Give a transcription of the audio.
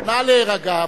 נא להירגע.